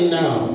now